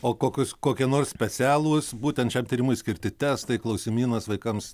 o kokius kokie nors specialūs būtent šiam tyrimui skirti testai klausimynas vaikams